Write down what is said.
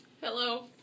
Hello